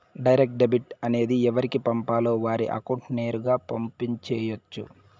direct debit అనేది ఎవరికి పంపాలో వారి అకౌంట్ నేరుగా పంపు చేయొచ్చు